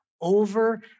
over